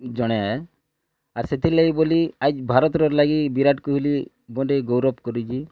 ଜଣେ ଆସିଥିଲେ ବୋଲି ଆଜ୍ ଭାରତ୍ର ଲାଗି ବିରାଟ୍ କୋହଲି ଗୋଟେ ଗୌରବ୍ କରିଛି